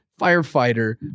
firefighter